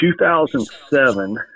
2007